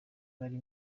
bari